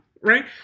right